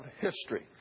history